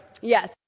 Yes